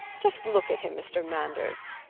just look at him, mr. manders.